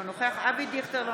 אינו נוכח אבי דיכטר,